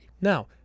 Now